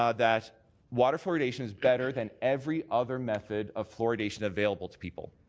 um that water fluoridation is better than every other method of fluoridation available to people.